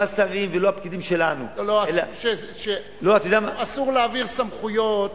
לא השרים ולא הפקידים שלנו, אסור להעביר סמכויות.